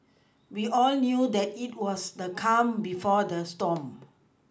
we all knew that it was the calm before the storm